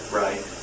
right